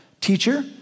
Teacher